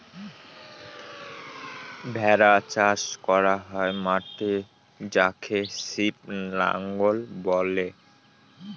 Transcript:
ভেড়া চাষ করা হয় মাঠে যাকে সিপ রাঞ্চ বলে